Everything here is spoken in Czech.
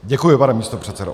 Děkuji, pane místopředsedo